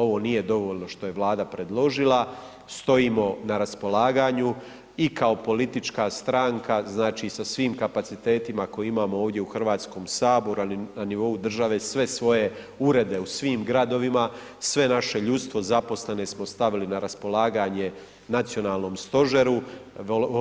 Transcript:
Ovo nije dovoljno što je Vlada predložila, stojimo na raspolaganju i kao politička stranka sa svim kapacitetima koje imamo ovdje u Hrvatskom saboru, ali i na nivou državi, sve svoje urede u svim gradovima, sve naše ljudstvo zaposlili smo i stavili na raspolaganje Nacionalnom stožeru,